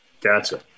Gotcha